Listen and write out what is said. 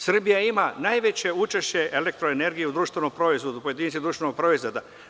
Srbija ima najveće učešće elektroenergije u društvenom proizvodu po jedinici društvenog proizvoda.